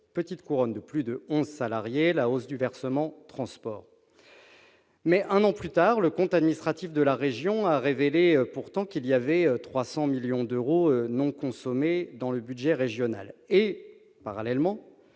petite couronne de plus de onze salariés et une hausse du versement transport. Un an plus tard, le compte administratif de la région a pourtant révélé 300 millions d'euros non consommés dans le budget régional. Parallèlement,